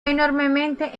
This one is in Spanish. enormemente